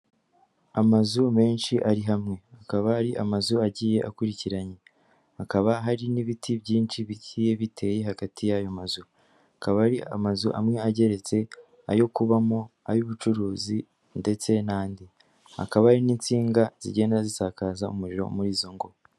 Amazu menshi ari hamwe. Akaba ari amazu agiye akurikiranye. Hakaba hari n'ibiti byinshi bigiye biteye hagati y'ayo mazu. Akaba ari amazu amwe ageretse, ayo kubamo, ay'ubucuruzi ndetse n'andi. Hakaba hari n'insinga zigenda zisakaza umuriro muri izo ngo.